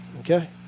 Okay